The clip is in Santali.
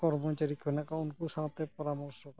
ᱠᱚᱨᱢᱚᱪᱟᱨᱤ ᱠᱚ ᱢᱮᱱᱟᱜ ᱠᱚᱣᱟ ᱩᱱᱠᱩ ᱥᱟᱶᱛᱮ ᱯᱚᱨᱟᱢᱚᱨᱥᱚ ᱠᱟᱛᱮᱫ